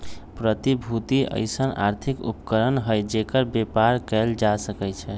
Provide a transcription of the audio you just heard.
प्रतिभूति अइसँन आर्थिक उपकरण हइ जेकर बेपार कएल जा सकै छइ